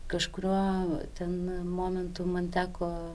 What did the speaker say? kažkuriuo ten momentu man teko